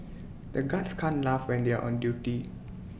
the guards can't laugh when they are on duty